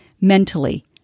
mentally